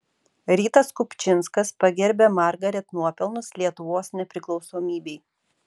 rytas kupčinskas pagerbia margaret nuopelnus lietuvos nepriklausomybei